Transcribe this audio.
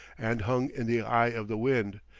and hung in the eye of the wind,